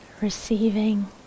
receiving